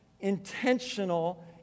intentional